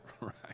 right